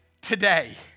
today